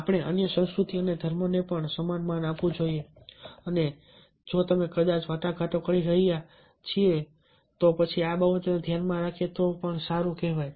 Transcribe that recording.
આપણે અન્ય સંસ્કૃતિ અને ધર્મને પણ સમાન માન આપવું જોઈએ અને જો તમે કદાચ વાટાઘાટો કરી રહ્યા છીએ તો પછી આ બાબતોને ધ્યાનમાં રાખીને આપણે વાતો કરવા જઈએ